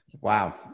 wow